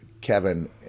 Kevin